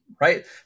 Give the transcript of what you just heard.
right